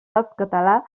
softcatalà